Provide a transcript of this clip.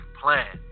plan